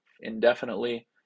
indefinitely